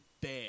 bad